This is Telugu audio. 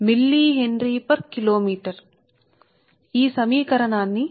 4605 log Dr ఇవ్వబడినందున మీరు ఈ సమీకరణాన్ని ఏమి చేస్తారు మీరు 0